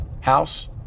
house